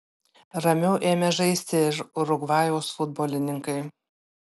ramiau ėmė žaisti ir urugvajaus futbolininkai